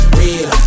real